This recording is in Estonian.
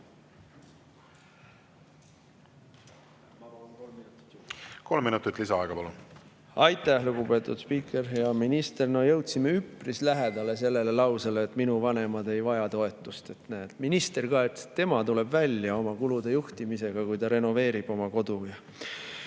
palub lisaaega.) Kolm minutit lisaaega, palun! Aitäh, lugupeetud spiiker! Hea minister! No jõudsime üpris lähedale sellele lausele, et minu vanemad ei vaja toetust. Minister ka ütles, et tema tuleb välja oma kulude juhtimisega, kui ta renoveerib oma kodu.